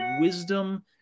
wisdom